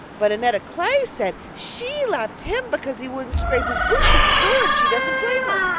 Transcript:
but annetta clay says she left him because he wouldn't scrape his boots at the door and she doesn't blame her.